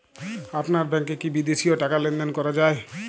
আপনার ব্যাংকে কী বিদেশিও টাকা লেনদেন করা যায়?